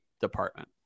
department